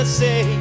say